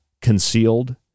concealed